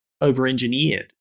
over-engineered